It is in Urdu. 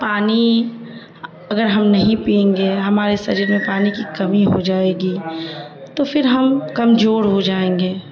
پانی اگر ہم نہیں پئیں گے ہمارے سریر میں پانی کی کمی ہو جائے گی تو پھر ہم کمزور ہو جائیں گے